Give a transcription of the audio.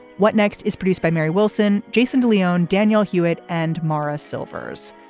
what next? is produced by mary wilson. jason de leon, daniel hewitt and maura silvers.